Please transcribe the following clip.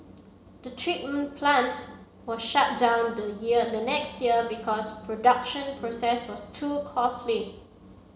the treat plant was shut down the year the next year because production process was too costly